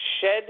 shed –